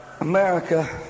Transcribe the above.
America